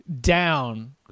down –